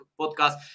podcast